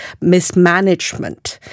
mismanagement